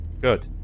Good